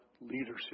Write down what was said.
leadership